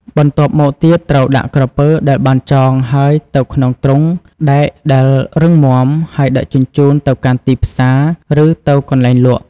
បន្ទាប់មកទៀតត្រូវដាក់ក្រពើដែលបានចងហើយទៅក្នុងទ្រុងដែកដែលរឹងមាំ ហើយដឹកជញ្ជូនទៅកាន់ទីផ្សារ ឬទៅកន្លែងលក់។